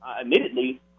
admittedly